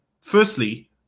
Firstly